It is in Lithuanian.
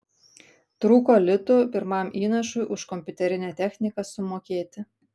trūko litų pirmam įnašui už kompiuterinę techniką sumokėti